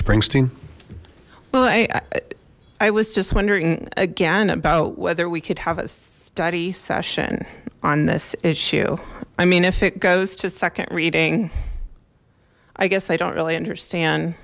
springsteen well i i was just wondering again about whether we could have a study session on this issue i mean if it goes to second reading i guess i don't really understand